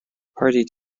party